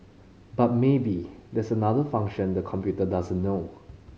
but maybe there's another function the computer doesn't know